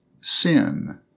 sin